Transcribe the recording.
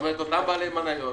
כלומר אותם בעלי מניות,